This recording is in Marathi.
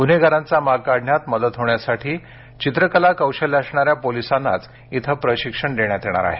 गुन्हेगारांचा माग काढण्यात मदत होण्यासाठी चित्रकला कौशल्य असणाऱ्या पोलिसांनाच इथं प्रशिक्षण देण्यात येणार आहे